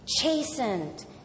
chastened